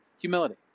Humility